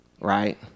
right